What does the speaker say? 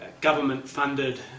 government-funded